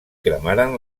cremaren